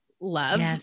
love